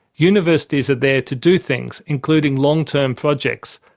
universities are there to do things, including long term projects,